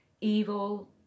evil